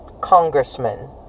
congressman